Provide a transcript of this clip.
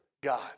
God